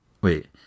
wait